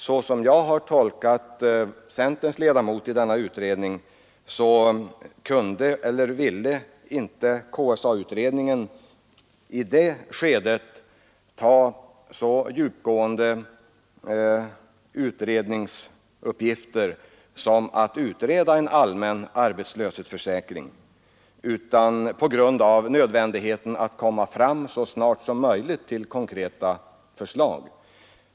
Såsom jag har tolkat centerns ledamot i KSA-utredningen kunde eller ville utredningen inte i det skedet behandla så djupgående utredningsuppgifter som frågan om en allmän arbetslöshetsförsäkring, på grund av nödvändigheten att så snart som möjligt komma fram till konkreta förslag.